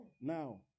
Now